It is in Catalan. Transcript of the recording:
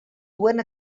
duent